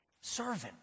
servant